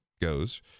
goes